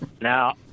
Now